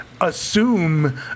assume